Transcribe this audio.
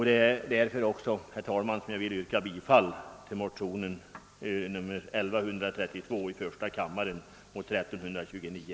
Det är också därför, herr talman, jag vill yrka bifall till motionerna I: 1132 och II: 1329.